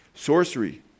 Sorcery